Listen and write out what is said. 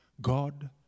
God